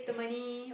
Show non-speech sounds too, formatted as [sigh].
[breath]